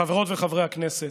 חברות וחברי הכנסת,